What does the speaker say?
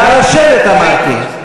נא לשבת אמרתי.